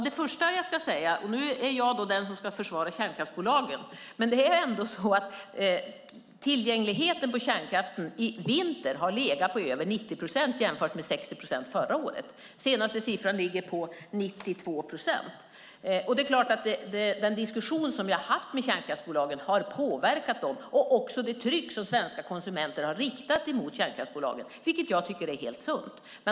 Det första jag ska säga, och nu är jag den som ska försvara kärnkraftsbolagen, är att tillgängligheten för kärnkraften i vinter har legat på över 90 procent. Det var 60 procent förra året. Den senaste siffran ligger på 92 procent. Det är klart att den diskussion vi har fört med kärnkraftsbolagen har påverkat dem, och också det tryck som svenska konsumenter har riktat mot kärnkraftsbolagen, vilket jag tycker är helt sunt.